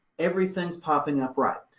everything's popping up right.